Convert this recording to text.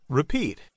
repeat